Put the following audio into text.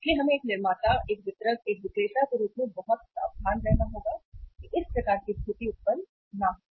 इसलिए हमें एक निर्माता एक वितरक एक विक्रेता के रूप में बहुत सावधान रहना होगा कि इस प्रकार की स्थिति उत्पन्न न हो